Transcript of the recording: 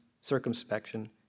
circumspection